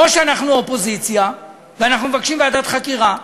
או שאנחנו אופוזיציה ואנחנו מבקשים ועדת חקירה,